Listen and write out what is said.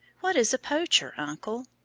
what is a poacher, uncle?